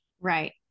Right